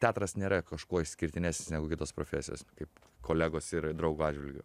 teatras nėra kažkuo išskirtinesnis negu kitos profesijos kaip kolegos ir draugo atžvilgiu